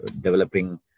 developing